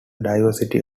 diversity